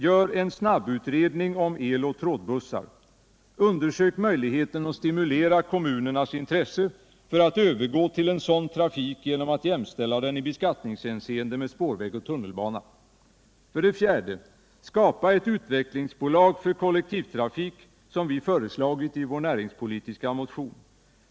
Gör en snabbutredning om eloch trådbussar. Undersök möjligheten att stimulera kommunernas intresse för att övergå till sådan trafik genom att jämställa den i beskattningshänseende med spårväg och tunnelbana. 4. Skapa ett utvecklingsbolag för kollektivtrafik som vi föreslagit i vår näringspolitiska motion.